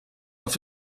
auf